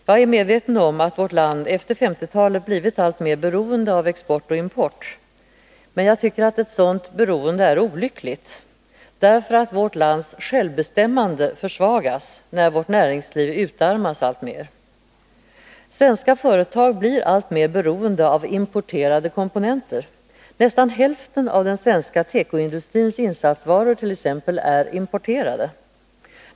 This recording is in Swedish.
Jag är medveten om att vårt land efter 1950-talet blivit allt mer beroende av export och import. Jag tycker att ett sådant beroende är olyckligt, eftersom vårt lands självbestämmande försvagas när vårt näringsliv mer och mer utarmas. Svenska företag blir alltmer beroende av importerade komponenter. Nästan hälften av den svenska tekoindustrins insatsvaror t.ex. är importerade.